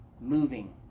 moving